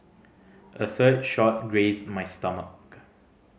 a third shot grazed my stomach